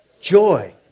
joy